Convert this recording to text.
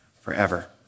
forever